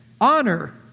honor